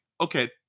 okay